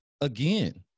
again